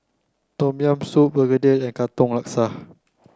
tom yam soup Begedil and Katong Laksa